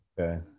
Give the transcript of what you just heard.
Okay